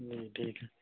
جی ٹھیک ہے